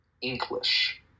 English